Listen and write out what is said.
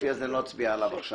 הספציפי הזה, לא אצביע עליו כעת.